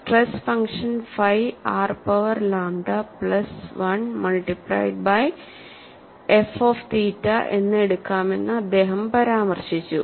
stress function phi r power lambda plus 1 multiplied by F of theta എന്ന് എടുക്കാമെന്ന് അദ്ദേഹം പരാമർശിച്ചു